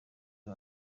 uyu